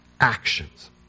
actions